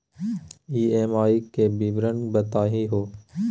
EMI के विवरण बताही हो?